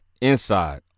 Inside